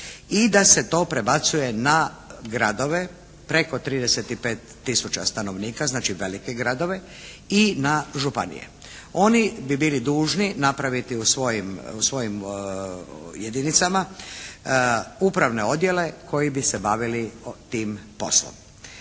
i da se to prebacuje na gradove preko 35 000 stanovnika, znači velike gradove i na županije. Oni bi bili dužni napraviti u svojim jedinicama upravne odjele koji bi se bavili tim poslom.